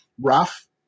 rough